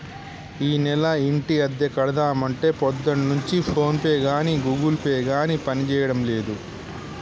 ఈనెల ఇంటి అద్దె కడదామంటే పొద్దున్నుంచి ఫోన్ పే గాని గూగుల్ పే గాని పనిచేయడం లేదు